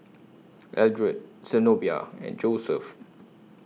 Eldred Zenobia and Joeseph